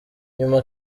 nyuma